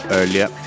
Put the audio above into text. earlier